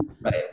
Right